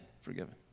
forgiven